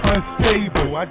Unstable